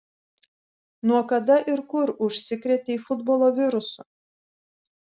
nuo kada ir kur užsikrėtei futbolo virusu